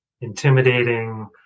Intimidating